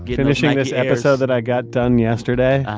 finishing this episode that i got done yesterday,